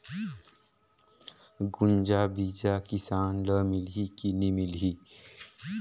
गुनजा बिजा किसान ल मिलही की नी मिलही?